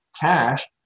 cash